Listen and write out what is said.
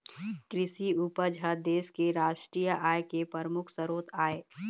कृषि उपज ह देश के रास्टीय आय के परमुख सरोत आय